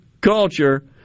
culture